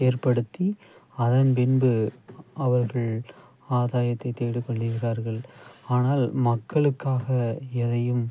ஏற்படுத்தி அதன் பின்பு அவர்கள் ஆதாயத்தை தேடிக் கொண்டுருக்கிறார்கள் ஆனால் மக்களுக்காக எதையும்